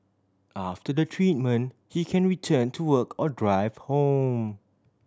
after the treatment he can return to work or drive home